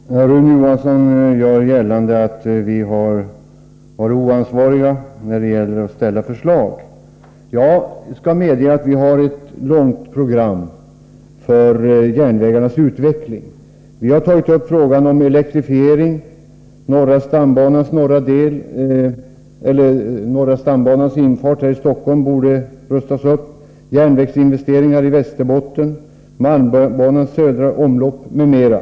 Fru talman! Rune Johansson gör gällande att vi är oansvariga när det gäller att ställa förslag. Jag skall medge att vi har ett långt program för järnvägarnas utveckling. Vi har tagit upp frågan om elektrifiering. Norra stambanans infart till Stockholm borde rustas upp. Vi har vidare tagit upp järnvägsinvesteringar i Västerbotten, malmbanans södra omlopp m.m.